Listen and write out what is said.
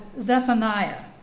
Zephaniah